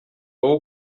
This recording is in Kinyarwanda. wowe